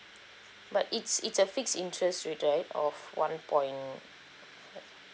but it's it's a fixed interest rate right of one point